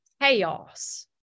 Chaos